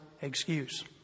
excuse